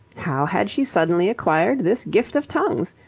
how had she suddenly acquired this gift of tongues?